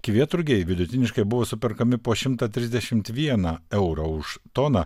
kvietrugiai vidutiniškai buvo superkami po šimtą trisdešimt vieną eurą už toną